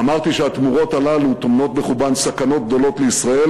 אמרתי שהתמורות הללו טומנות בחובן סכנות גדולות לישראל,